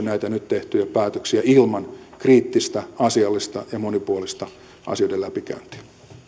näitä nyt tehtyjä päätöksiä ilman kriittistä asiallista ja monipuolista asioiden läpikäyntiä